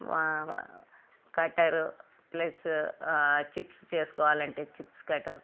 కట్టరు plus chips చేసుకోవాలంటే chips cutter